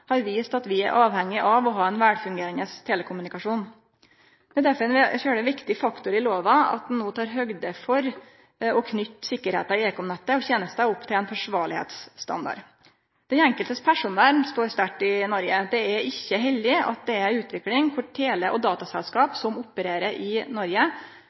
har vist at vi er avhengige av å ha ein velfungerande telekommunikasjon. Det er derfor ein viktig faktor i lova at ein no tek høgd for å knytte sikkerheita i ekomnettet og tenester opp til ein forsvarlegheitsstandard. Personvernet til den enkelte står sterkt i Noreg. Det er ikkje heldig med ei utvikling der tele- og dataselskap som opererer i Noreg,